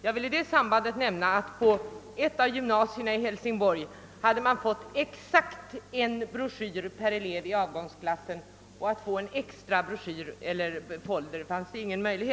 Jag vill i det sammanhanget nämna att ett av gymnasierna i Hälsingborg tillställdes exakt en broschyr per elev i avgångsklassen. Att få en enda extra broschyr var alldeles omöjligt.